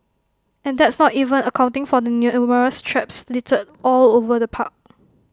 and that's not even accounting for the numerous traps littered all over the park